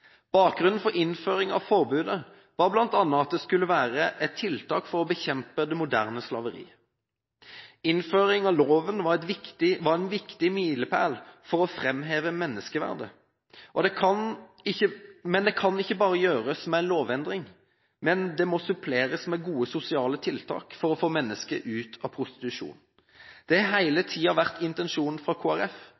Bakgrunnen for innføringen av forbudet var bl.a. at det skulle være et tiltak for å bekjempe det moderne slaveri. Innføring av loven var en viktig milepæl for å framheve menneskeverdet, men det kan ikke gjøres bare ved en lovendring, det må suppleres med gode sosiale tiltak for å få mennesker ut av prostitusjon. Det har